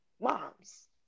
moms